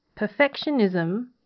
perfectionism